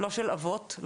אבות,